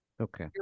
Okay